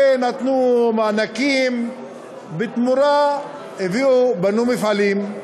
שנתנו מענקים ובתמורה הביאו, בנו מפעלים,